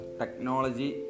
technology